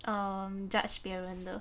um judge 别人的